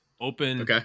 Open